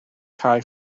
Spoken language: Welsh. cae